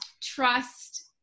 trust